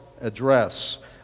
Address